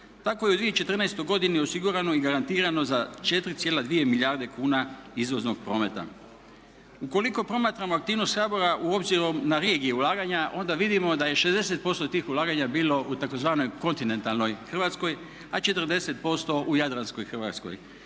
Tako je u 2014. godini osigurano i garantirano za 4,2 milijarde kuna izvoznog prometa. Ukoliko promatramo aktivnost HBOR-a obzirom na regije ulaganja onda vidimo da je 60% tih ulaganja bilo u tzv. kontinentalnoj Hrvatskoj, a 40% u jadranskoj Hrvatskoj.